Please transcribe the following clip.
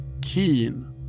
keen